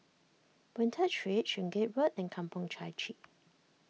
Boon Tat Street Sungei Road and Kampong Chai Chee